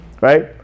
Right